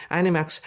Animax